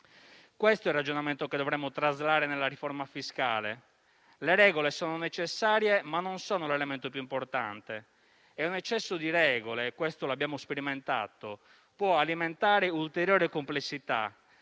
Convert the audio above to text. Questo è il ragionamento che dovremmo traslare nella riforma fiscale. Le regole sono necessarie, ma non sono l'elemento più importante; e un eccesso di regole - lo abbiamo sperimentato - può alimentare ulteriore complessità